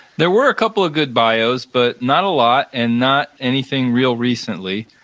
there were a couple of good bios, but not a lot and not anything real recently.